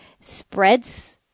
spreads